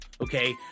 Okay